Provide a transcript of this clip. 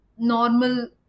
Normal